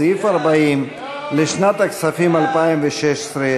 סעיף 40 לשנת הכספים 2016,